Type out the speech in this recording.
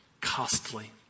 costly